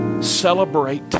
celebrate